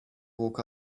walk